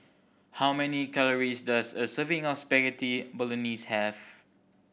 how many calories does a serving of Spaghetti Bolognese have